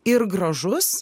ir gražus